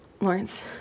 Lawrence